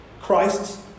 Christ's